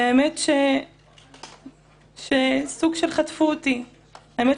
האמת היא שחטפו אותי לזה.